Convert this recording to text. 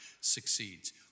succeeds